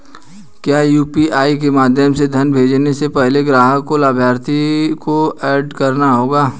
क्या यू.पी.आई के माध्यम से धन भेजने से पहले ग्राहक को लाभार्थी को एड करना होगा?